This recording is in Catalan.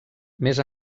més